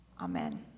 Amen